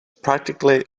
practically